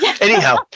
Anyhow